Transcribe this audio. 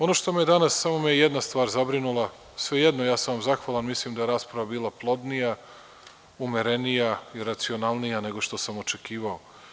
Ono što me danas, samo me je jedna stvar zabrinula, svejedno ja sam vam zahvalan, mislim da je rasprava bila plodnija, umerenija i racionalnija nego što sam očekivao.